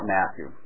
Matthew